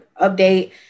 update